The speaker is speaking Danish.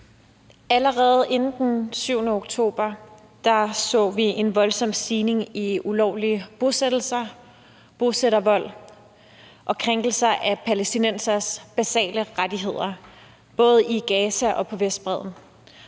Allerede inden den 7. oktober så vi en voldsom stigning i ulovlige bosættelser, bosættervold og krænkelser af palæstinensernes basale rettigheder, både i Gaza og på Vestbredden.